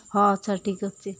ହଁ ଆଚ୍ଛା ଠିକ୍ ଅଛି